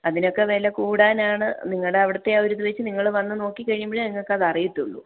അതിന് ഒക്കെ വില കൂടാനാണ് നിങ്ങളുടെ അവിടുത്ത ആ ഒരു ഇത് വെച്ച് നിങ്ങൾ വന്ന് നോക്കി കഴിയുമ്പോഴേ നിങ്ങൾക്ക് അത് അറിയത്തുള്ളൂ